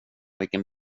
vilken